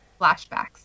flashbacks